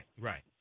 right